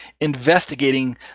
investigating